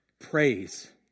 praise